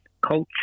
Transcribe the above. culture